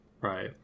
Right